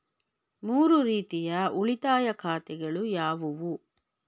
ಮೂರು ರೀತಿಯ ಉಳಿತಾಯ ಖಾತೆಗಳು ಯಾವುವು?